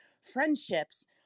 friendships